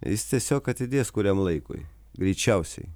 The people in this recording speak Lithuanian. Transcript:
jis tiesiog atidės kuriam laikui greičiausiai